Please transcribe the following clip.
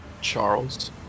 Charles